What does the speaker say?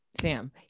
Sam